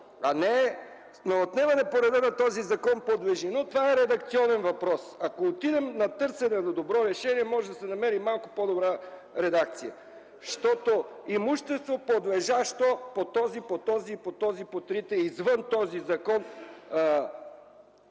А не „на отнемане по реда на този закон подлежи...”. Но това е редакционен въпрос. Ако отидем към търсене на добро решение, може да се намери малко по-добра редакция. Защото „имущество, подлежащо” по този, по този – по трите уредби извън този закон,